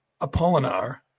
Apollinar